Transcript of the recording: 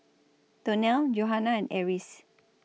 Donnell Johanna and Eris